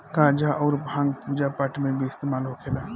गांजा अउर भांग पूजा पाठ मे भी इस्तेमाल होखेला